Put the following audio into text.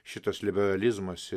šitas liberalizmas i